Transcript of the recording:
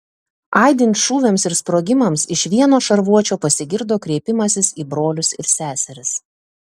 aidint šūviams ir sprogimams iš vieno šarvuočio pasigirdo kreipimasis į brolius ir seseris